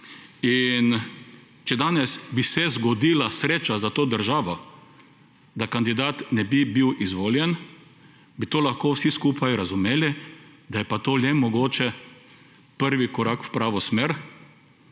če danes bi se zgodila sreča za to državo, da kandidat ne bi bil izvoljen, bi to lahko vsi skupaj razumeli, da je pa to le mogoče prvi korak v pravo smer,